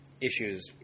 issues